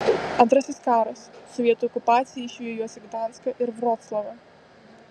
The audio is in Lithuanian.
antrasis karas sovietų okupacija išvijo juos į gdanską ir vroclavą